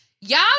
y'all